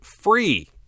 free